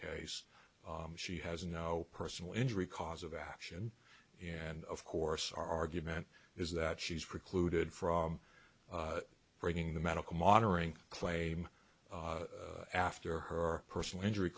case she has no personal injury cause of action and of course our argument is that she's precluded from bringing the medical monitoring claim after her personal injury